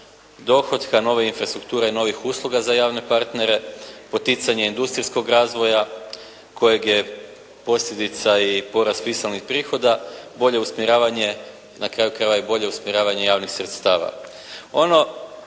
dohotka, nove infrastrukture, novih usluga za javne partnere, poticanje industrijskog razvoja kojeg je posljedica i porast … /Govornik se ne razumije./ … prihoda. Bolje usmjeravanje na kraju krajeva i bolje usmjeravanje javnih sredstava.